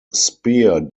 spear